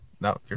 no